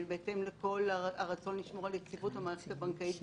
בהתאם לרצון לשמור על יציבות המערכת הבנקאית בישראל.